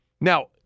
Now